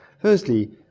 Firstly